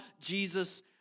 Jesus